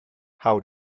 how